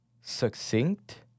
succinct